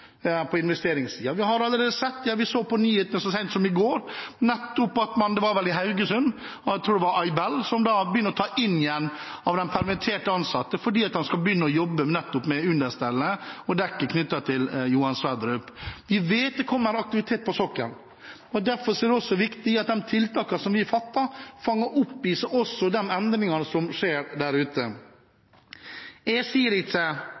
Vi så på nyhetene så sent som i går at i Haugesund begynner Aibel, tror jeg det var, å ta inn igjen ansatte som er permittert, fordi de skal begynne å jobbe med understellet og dekket til Johan Sverdrup. Vi vet det kommer aktivitet på sokkelen. Derfor er det også viktig at de tiltakene som vi setter inn, fanger opp de endringene som skjer der ute. Jeg sier ikke